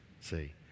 see